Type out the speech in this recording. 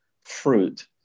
fruit